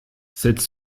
cette